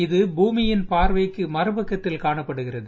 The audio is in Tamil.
இது பூமியின் பார்வைக்கு மறுபக்கம் காணப்படுகிறது